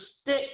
stick